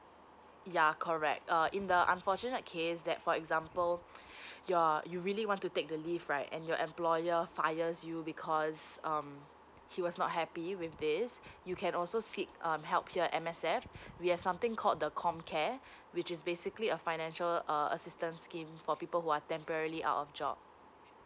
ya correct uh in the unfortunate case that for example you're you really want to take the leave right and your employer fire you because um he was not happy with this you can also seek um help here at M_S_F we have something called the C O M C A R E which is basically a financial err assistant scheme for people who are temporarily out of job